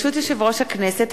ברשות יושב-ראש הכנסת,